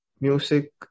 Music